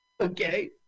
Okay